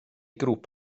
grŵp